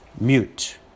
mute